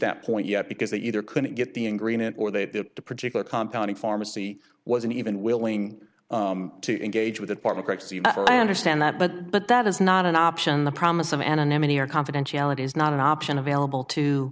that point yet because they either couldn't get the agreement or they at that particular compound pharmacy wasn't even willing to engage with the department i understand that but but that is not an option the promise of anonymity or confidentiality is not an option available to